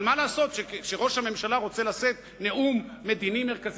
אבל מה לעשות שכראש הממשלה רוצה לשאת נאום מדיני מרכזי,